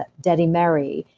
ah dedi meiri,